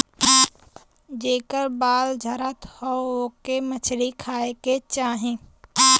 जेकर बाल झरत हौ ओके मछरी खाए के चाही